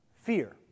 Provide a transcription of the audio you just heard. fear